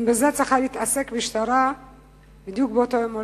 האם בזה צריכה להתעסק המשטרה בדיוק באותו יום?